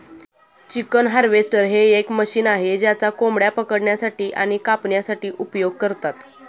chicken harvester हे एक machine आहे ज्याचा कोंबड्या पकडण्यासाठी आणि कापण्यासाठी उपयोग करतात